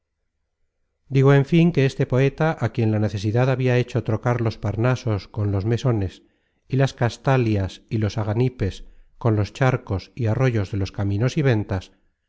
digo en fin que este poeta á quien la necesidad habia hecho trocar los parnasos con los mesones y las castalias y las aganipes con los charcos y arroyos de los caminos y ventas